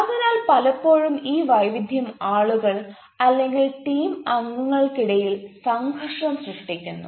അതിനാൽ പലപ്പോഴും ഈ വൈവിധ്യം ആളുകൾ അല്ലെങ്കിൽ ടീം അംഗങ്ങൾക്കിടയിൽ സംഘർഷം സൃഷ്ടിക്കുന്നു